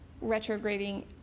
retrograding